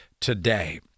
today